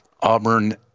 Auburn